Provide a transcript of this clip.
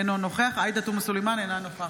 אינו נוכח עאידה תומא סלימאן, אינה נוכחת